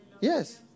Yes